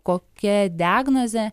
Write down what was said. kokia diagnozė